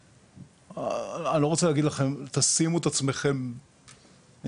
ואני לא רוצה להגיד לכם לשים את עצמכם במקומם,